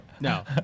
No